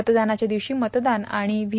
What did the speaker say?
मतदानाच्या दिवशी मतदान आणि व्ही